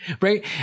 right